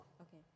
Okay